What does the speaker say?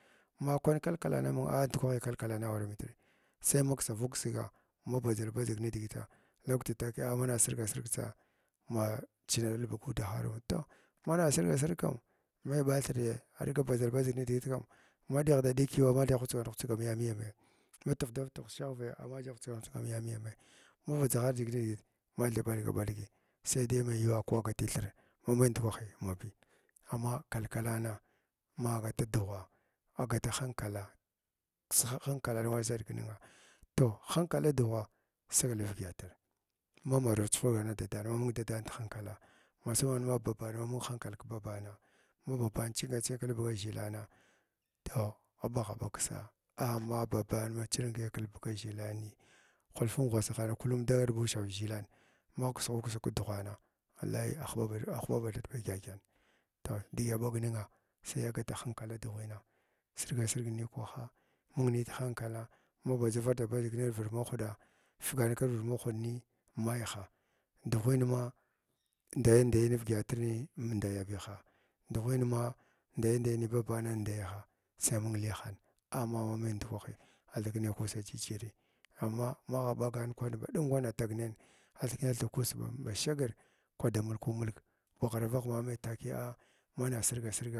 Ah ma kwan kalkakna a ndukwahiy kalkakna awara mitri sai ma ksava ksga badʒal badʒga nidigita kikarta takiya a mana sirga sirg tsa ma changana ulbugkudahara toh hara sirga sirg kam maiy bəthiriya aɗga badʒal badʒig nidigit kam ma ɗighda ɗig kiyuwa amathai hutsgan hutsg am yamiyami, ma trda tvg nashaghvaya amathai hutsgan huts am yamiyama, maba dʒighar dʒig nidigit ko agatothirn ma maiya ndukwahi nwabi amma kalkana magh gath dughwa agata hankala ksa hankala waʒhargna toh hanakala dughwa ksiv ma vidyatr ma maraw chuhurgana dadana ma mung dadan di hankala hassamman ma baban ma uung hankal kbabana ma baban chinga ching klbuga zhikna toh ɓagwa ɓag ksa’a amma babana ma chingai kilbuga ʒhilkniya hulva nguhsahan kulum dagal ba gata uʒhav dʒhilan, maksughwu ksjg kdughwana wallahi agh huɓa ba thaɗa ba gyəgyən toh digi aɓag ninga sai agata hankala dughuna sirga sirgni kwaha mung ni dhankala ma badʒards badʒig kirviɗmahwɗa fugana kirviɗ mahwɗni mkiha dughn ma ndaya ndayan nivdyətrni ndayayabiha dughwanma ndaya ndayni bubana nɗayabihi sai mung liyahan amma mamai ndukwahi athiknai kussa jijiri, amma magh ɓagan kwan ba ɗum wana tagnayina athkna thig kussa ba shugn kwada mulku mulg kghra vagh mai takiya a man sirga sigu.